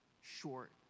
short